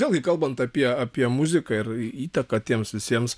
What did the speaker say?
vėlgi kalbant apie apie muziką ir įtaką tiems visiems